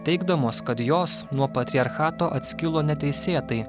teigdamos kad jos nuo patriarchato atskilo neteisėtai